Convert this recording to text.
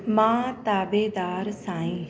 मां ताबेदार साईं